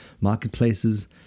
marketplaces